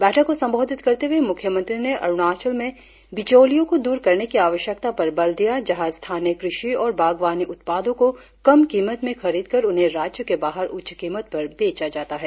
बैठक को संबोधित करते हुए मुख्यमंत्री ने अरुणाचल में बिचौलियों को दूर करने की आवश्यकता पर बल दिया जहां स्थानीय कृषि और बागवानी उत्पादों को कम कीमत में खरीद कर उन्हें राज्य के बाहर उच्च कीमत पर बेचा जाता है